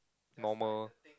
normal